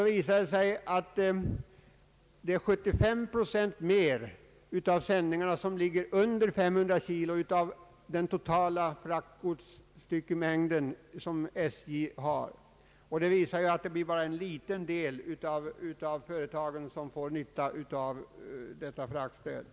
Det visade sig att 75 procent av sändningarna ligger under 500 kg av den totala styckegodsmängden på SJ. Det blir alltså bara ett fåtal företag som får nytta av transportstödet.